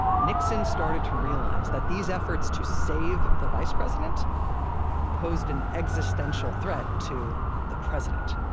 nixon started to realize that these efforts to save the vice president posed an existential threat to the president,